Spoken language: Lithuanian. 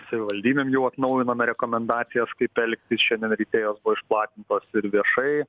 savivaldybėm jau atnaujinome rekomendacijas kaip elgtis šiandien ryte jau buvo išplatintos ir viešai